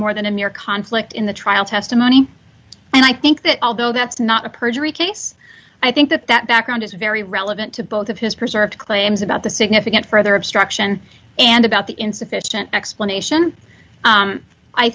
more than a mere conflict in the trial testimony and i think that although that's not a perjury case i think that that background is very relevant to both of his preserved claims about the significant further obstruction and about the insufficient explanation